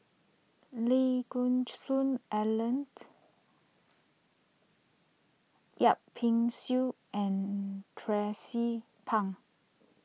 Lee Geck Hoon Ellen Yip Pin Xiu and Tracie Pang